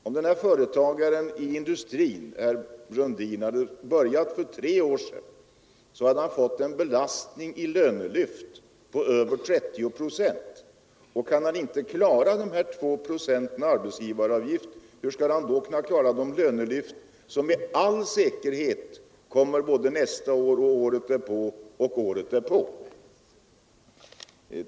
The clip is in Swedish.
Om denne företagare hade börjat sin verksamhet för tre år sedan hade han fått en belastning i form av lönelyft åt de anställda på över 30 procent. Kan han inte klara 2 procent i förhöjd arbetsgivaravgift, hur skall han då kunna klara de lönelyft som med all säkerhet kommer nästa år, året därpå och året därpå?